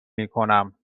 میکنم